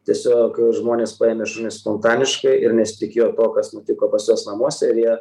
tiesiog žmonės paėmė šunis spontaniškai ir nesitikėjo to kas nutiko pas juos namuose ir jie